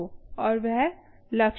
और वह लक्ष्य है